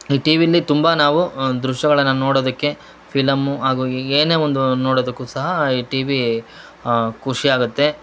ಈ ಟಿವಿಲ್ಲಿ ತುಂಬಾ ನಾವು ದೃಶ್ಯಗಳನ್ನ ನೋಡೋದಕ್ಕೆ ಫಿಲಮ್ಮು ಹಾಗೂ ಏನೇ ಒಂದು ನೋಡೋದಕ್ಕೂ ಸಹ ಈ ಟಿವಿ ಖುಷಿಯಾಗತ್ತೆ